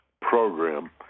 program